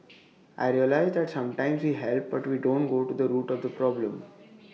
I realised that sometimes we help but we don't go to the root of the problem